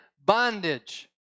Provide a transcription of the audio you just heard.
bondage